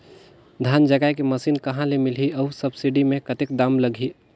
धान जगाय के मशीन कहा ले मिलही अउ सब्सिडी मे कतेक दाम लगही?